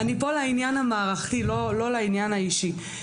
אבל אני פה לעניין המערכתי, לא לעניין האישי.